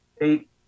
eight